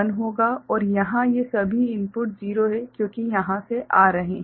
और यहाँ ये सभी इनपुट 0 हैं क्योंकि यहाँ से आ रहे हैं